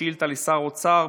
שאילתה לשר האוצר,